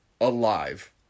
Alive